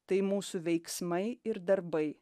tai mūsų veiksmai ir darbai